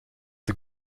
the